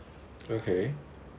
okay